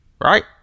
Right